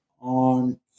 on